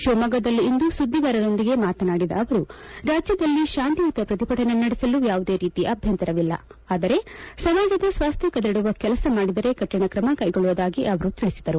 ಶಿವಮೊಗ್ಗದಲ್ಲಿಂದು ಸುದ್ದಿಗಾರರೊಂದಿಗೆ ಮಾತನಾಡಿದ ಅವರು ರಾಜ್ಯದಲ್ಲಿ ಶಾಂತಿಯುತ ಪ್ರತಿಭಟನೆ ನಡೆಸಲು ಯಾವುದೇ ರೀತಿಯ ಅಭ್ಯಂತರವಿಲ್ಲ ಆದರೆ ಸಮಾಜದ ಸ್ವಾಸ್ತ್ಯ ಕದಡುವ ಕೆಲಸ ಮಾಡಿದರೆ ಕಠಿಣ ಕ್ರಮ ಕೈಗೊಳ್ಳುವುದಾಗಿ ಅವರು ತಿಳಿಸಿದರು